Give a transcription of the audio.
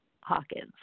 Hawkins